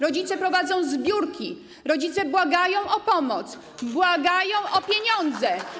Rodzice prowadzą zbiórki, rodzice błagają o pomoc, błagają o pieniądze.